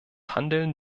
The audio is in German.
handeln